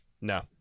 No